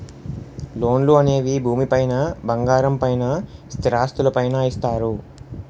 లోన్లు అనేవి భూమి పైన బంగారం పైన స్థిరాస్తులు పైన ఇస్తారు